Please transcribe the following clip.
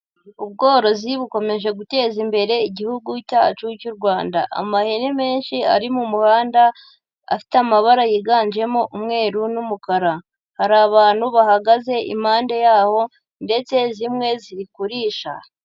Ubworozi bukomeje guteza imbere igihugu cyacu cy'u Rwanda, amahene menshi ari mu muhanda afite amabara yiganjemo umweru n'umukara, hari abantu bahagaze impande yawo ndetse zimwe ziri kurisha.